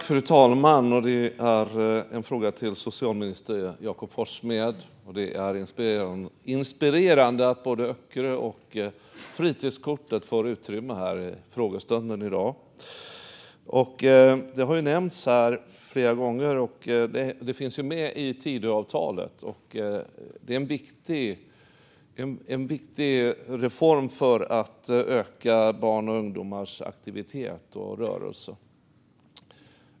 Fru talman! Min fråga går till socialminister Jakob Forssmed. Det är inspirerande att både Öckerö och fritidskortet får utrymme i frågestunden i dag. Fritidskortet har nämnts här flera gånger, och det finns ju med i Tidöavtalet. Det är en viktig reform för att öka barns och ungdomars aktivitet och rörelse.